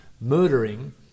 murdering